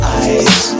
eyes